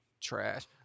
trash